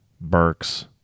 Burks